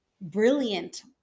brilliant